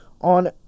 on